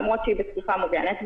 למרות שהיא בתקופה מוגנת,